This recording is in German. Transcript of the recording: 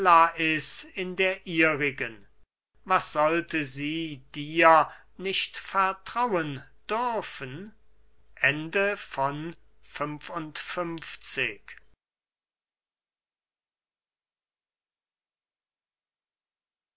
in der ihrigen was sollte sie dir nicht vertrauen dürfen